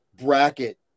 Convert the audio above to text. bracket